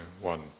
One